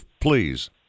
please